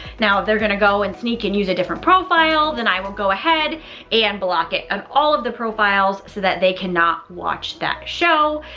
now they're going to go and sneak and use a different profile, then i will go ahead and block it on and all of the profiles so that they cannot watch that show.